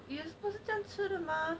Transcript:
你也不是这样吃的吗